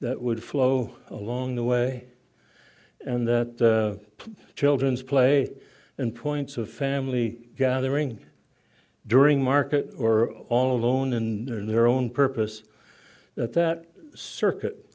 that would flow along the way and that children's play and points of family gathering during market or all alone in their own purpose that that circuit